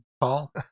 Paul